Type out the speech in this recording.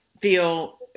feel